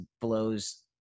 blows